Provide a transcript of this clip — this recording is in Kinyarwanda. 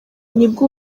nibwo